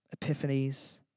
epiphanies